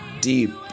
deep